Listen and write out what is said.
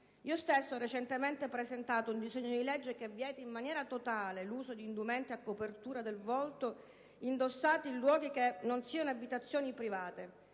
Io stessa ho recentemente presentato un disegno di legge che vieta in maniera totale l'uso di indumenti a copertura del volto, indossati in luoghi che non siano abitazioni private.